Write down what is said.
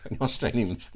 Australian